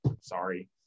Sorry